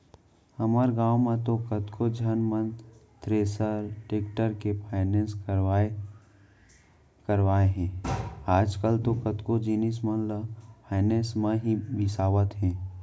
हमर गॉंव म तो कतको झन मन थेरेसर, टेक्टर के फायनेंस करवाय करवाय हे आजकल तो कतको जिनिस मन ल फायनेंस म ही बिसावत हें